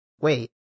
wait